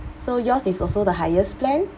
so yours is also the highest plan